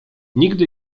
nigdy